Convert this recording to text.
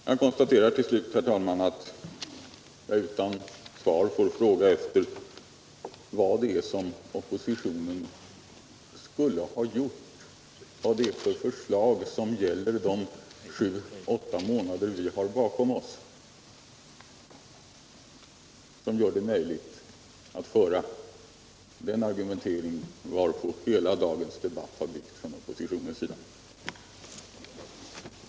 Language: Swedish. Jag konstaterar till slut, herr talman, att jag utan hopp om svar får fråga efter vad det är som oppositionen skulle ha gjort; vad det är för förslag under de sju åtta månader vi har bakom oss som gör det möjligt att föra den argumentering varpå hela dagens debatt för oppositionens del har byggt.